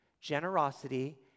generosity